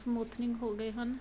smoothening ਹੋ ਗਏ ਹਨ